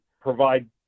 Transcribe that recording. provide